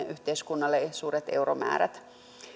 yhteiskunnalle suuret euromäärät